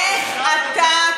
איך אתה,